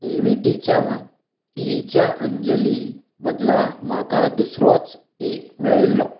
एवीटीच्या टी च्या अंजली बदला म्हाका दुसरोच एक मेळिल्लो